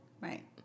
Right